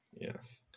Yes